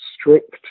strict